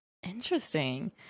Interesting